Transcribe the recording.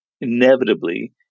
inevitably